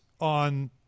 on